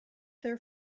their